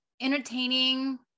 entertaining